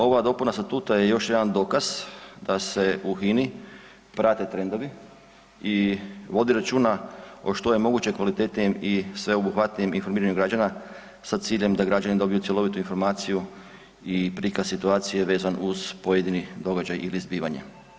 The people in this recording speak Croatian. Ova dopuna statuta je još jedan dokaz da se u HINA-i prate trendovi i vodi računa o što je moguće kvalitetnijem i sveobuhvatnijem informiranju građana sa ciljem da građani dobiju cjelovitu informaciju i prikaz situacije vezan uz pojedini događaj ili zbivanje.